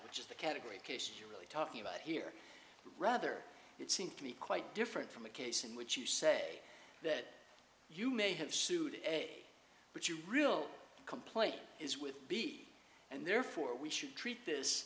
which is the category of case you're really talking about here rather it seems to be quite different from a case in which you say that you may have sued a but you real complaint is with b and therefore we should treat this